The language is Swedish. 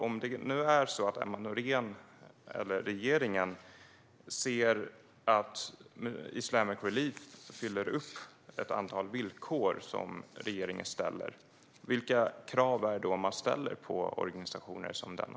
Om nu regeringen ser att Islamic Relief uppfyller ett antal villkor som regeringen ställer, vilka krav är det då man ställer på organisationer som denna?